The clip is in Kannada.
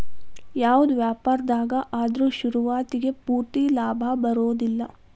ಯಾವ್ದ ವ್ಯಾಪಾರ್ದಾಗ ಆದ್ರು ಶುರುವಾತಿಗೆ ಪೂರ್ತಿ ಲಾಭಾ ಬರೊದಿಲ್ಲಾ